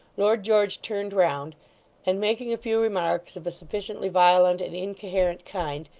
lord george turned round and, making a few remarks of a sufficiently violent and incoherent kind,